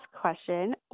question